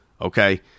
Okay